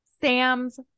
Sam's